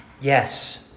Yes